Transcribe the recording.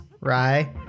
Rye